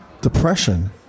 depression